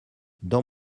dans